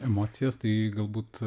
emocijos tai galbūt